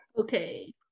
Okay